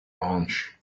launch